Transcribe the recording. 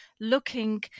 looking